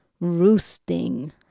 roosting